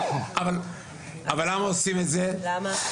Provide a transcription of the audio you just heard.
אבל למה עושים את זה --- למה?